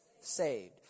saved